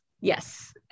Yes